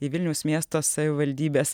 į vilniaus miesto savivaldybės